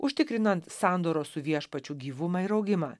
užtikrinant sandoros su viešpačiu gyvumą ir augimą